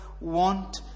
want